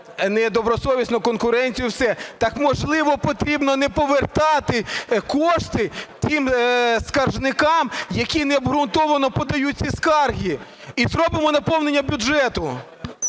недобросовісну конкуренцію. Так, можливо, потрібно не повертати кошти тим скаржникам, які необґрунтовано подають ці скарги? І зробимо наповнення бюджету.